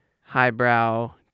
highbrow